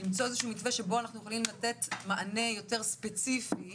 ואנחנו יכולים לתת מענה יותר ספציפי